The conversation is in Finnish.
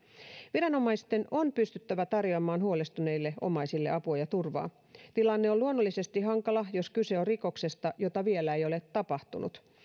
viranomaisten on pystyttävä tarjoamaan huolestuneille omaisille apua ja turvaa tilanne on luonnollisesti hankala jos kyse on rikoksesta jota vielä ei ole tapahtunut